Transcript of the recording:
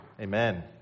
amen